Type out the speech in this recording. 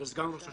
וסגן ראש השב"כ.